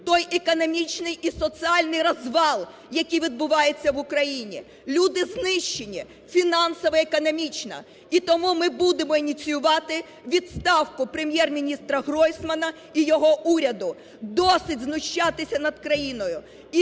той економічний і соціальний розвал, який відбувається в Україні. Люди знищені фінансово і економічно, і тому ми будемо ініціювати відставку Прем'єр-міністра Гройсмана і його уряду. Досить знущатися над країною